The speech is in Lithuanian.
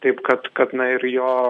taip kad kad na ir jo